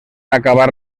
acabar